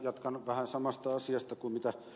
jatkan vähän samasta asiasta kuin minkä ed